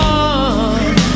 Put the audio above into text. one